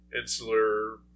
insular